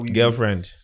girlfriend